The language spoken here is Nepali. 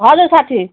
हजुर साथी